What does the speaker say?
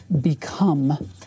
become